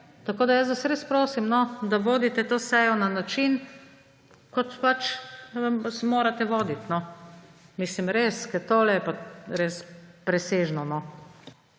tako da jaz vas res prosim, da vodite to sejo na način, kot pač morate voditi. Res, ker tole je pa res presežno,